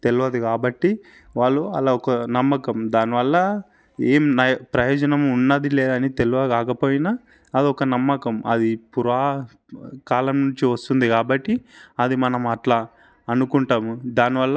తెలియదు కాబట్టి వాళ్ళు అలా ఒక నమ్మకం దానివల్ల ఏం ప్రయోజనం ఉన్నది లేదని తెలియక కాకపోయినా అది ఒక అమ్మకం అది పురాతనకాలం నుంచి వస్తుంది కాబట్టి అది మనం అట్లా అనుకుంటాం దాని వల్ల